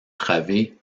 travées